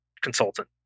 consultant